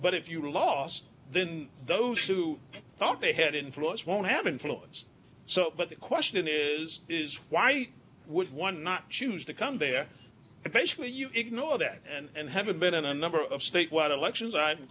but if you lost then those who thought they had influence won't have influence so but the question is is why would one not choose to come there and basically you ignore that and haven't been in a number of statewide elections i'm